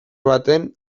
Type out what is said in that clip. baten